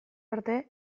arte